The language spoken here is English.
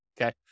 okay